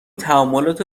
تعاملات